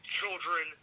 children